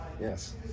yes